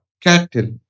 cattle